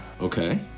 Okay